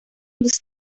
was